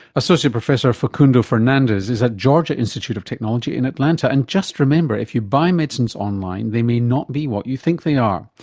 associate professor facundo fernandez is at the georgia institute of technology in atlanta. and just remember if you buy medicines online they may not be what you think they are.